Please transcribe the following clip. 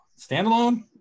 standalone